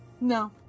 No